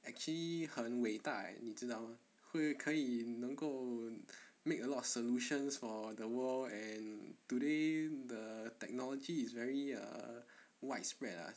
actually 很伟大 leh 你知道吗会可以能够 make a lot of solutions for the world and today the technology is very err widespread uh